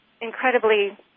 incredibly